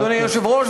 אדוני היושב-ראש,